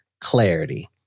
clarity